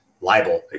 libel